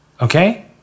okay